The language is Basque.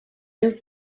egin